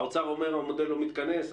האוצר אומר המודל לא מתכנס.